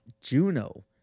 Juno